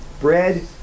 Bread